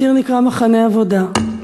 השיר נקרא "מחנה עבודה".